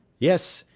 yes,